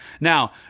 Now